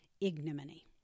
ignominy